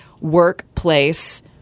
workplace